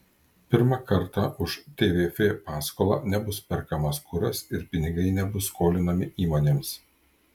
pirmą kartą už tvf paskolą nebus perkamas kuras ir pinigai nebus skolinami įmonėms